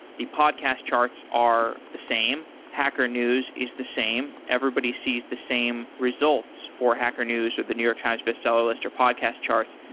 the podcast charts are the same. hacker news is the same. everybody sees the same results for hacker news with the new york times bestseller list or podcast charts.